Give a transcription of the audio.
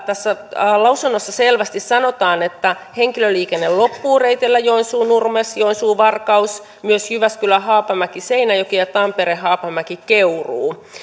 tässä lausunnossa selvästi sanotaan että henkilöliikenne loppuu reiteillä joensuu nurmes joensuu varkaus myös jyväskylä haapamäki seinäjoki ja tampere haapamäki keuruu